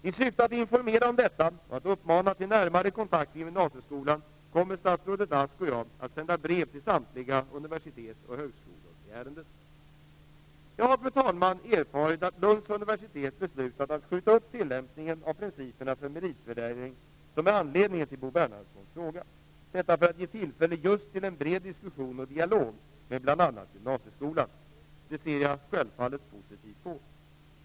I syfte att informera om detta och att uppmana till närmare kontakter med gymnasieskolan kommer statsrådet Ask och jag att sända brev till samtliga universitet och högskolor i ärendet. Jag har, fru talman, erfarit att Lunds universitetet beslutat att skjuta upp tillämpningen av principerna för meritvärdering, som är anledningen till Bo Bernhardssons fråga, detta för att ge tillfälle just till en bred diskussion och dialog med bl.a. gymnasieskolan. Det ser jag självfallet positivt på.